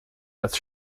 als